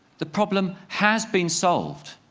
the problem has been solved.